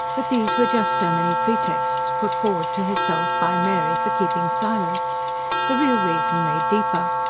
but these were just so many pretexts put forward to herself by mary for keeping silence the real reason lay deeper.